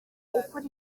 gukora